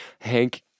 Hank